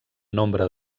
nombre